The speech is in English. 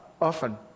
often